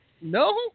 No